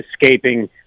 escaping